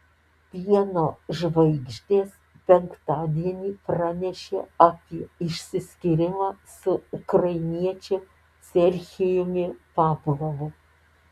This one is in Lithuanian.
pieno žvaigždės penktadienį pranešė apie išsiskyrimą su ukrainiečiu serhijumi pavlovu